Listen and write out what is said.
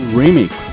remix